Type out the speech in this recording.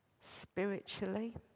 spiritually